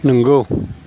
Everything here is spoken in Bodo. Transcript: नंगौ